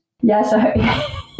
Yes